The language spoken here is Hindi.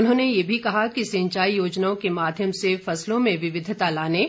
उन्होंने ये भी कहा कि सिंचाई योजनाओं के माध्यम से फसलों में विविधता लाने